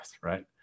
right